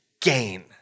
gain